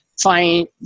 find